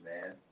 man